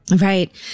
Right